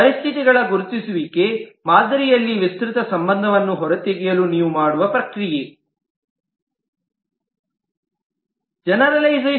ಪರಿಸ್ಥಿತಿಗಳ ಗುರುತಿಸುವಿಕೆ ಹೊರತೆಗೆಯಲು ನೀವು ಮಾಡುವ ಪ್ರಕ್ರಿಯೆ ಮಾದರಿಯಲ್ಲಿ ಸಂಬಂಧವನ್ನು ವಿಸ್ತರಿಸಿ